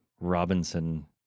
robinson